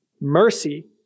mercy